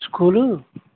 school